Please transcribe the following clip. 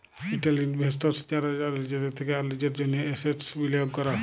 retail investors তারা যারা লিজের থেক্যে আর লিজের জন্হে এসেটস বিলিয়গ ক্যরে